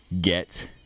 get